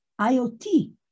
IoT